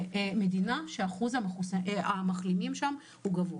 כך במדינה שאחוז המחלימים שם הוא גבוה.